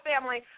family